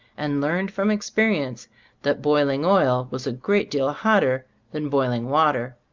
and learned from experience that boiling oil was a great deal hotter than boiling water,